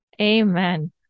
Amen